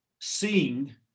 seeing